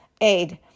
aid